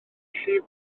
llif